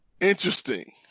interesting